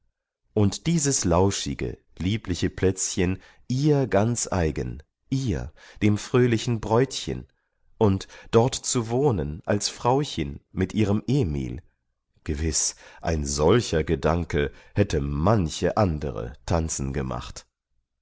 und berge und dieses lauschige liebliche plätzchen ihr ganz eigen ihr dem fröhlichen bräutchen und dort zu wohnen als frauchen mit ihrem emil gewiß ein solcher gedanke hätte manche andere tanzen gemacht